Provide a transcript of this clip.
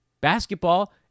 basketball